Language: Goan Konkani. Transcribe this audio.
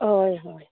हय हय